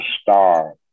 star